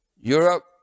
europe